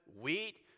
wheat